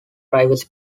privacy